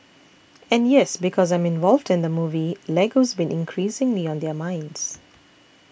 and yes because I'm involved in the movie Lego's been increasingly on their minds